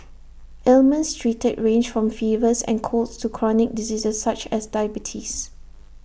ailments treated range from fevers and colds to chronic diseases such as diabetes